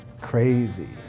Crazy